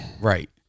Right